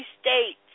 states